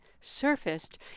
surfaced